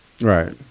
Right